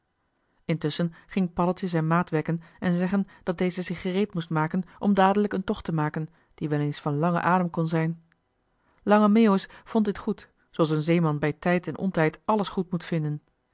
intusschen ging paddeltje zijn maat wekken en zeggen dat deze zich gereed moest maken om dadelijk een tocht te maken die wel eens van langen adem kon zijn lange meeuwis vond dit goed zooals een zeeman bij tijd en ontijd alles goed moet vinden